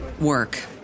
work